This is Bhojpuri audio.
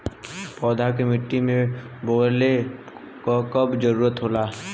पौधा के मिट्टी में बोवले क कब जरूरत होला